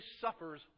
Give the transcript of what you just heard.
suffers